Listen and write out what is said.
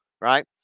Right